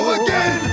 again